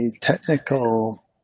technical